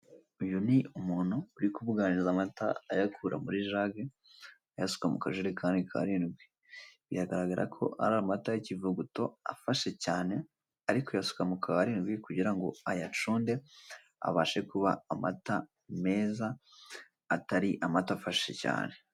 Uyu ni umuntu uri kubuganiza amata ayakura muri jage ayasuka mu kajerekani k'arindwi. Biragaragara ko ari amata y'ikivuguto afashe cyane, ari kuyasuka mu k'arindwi kugirango ayacunde, abashe kuba amata meza, atari amata afashe cyane.